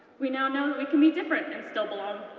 we now know that we can be different and still belong,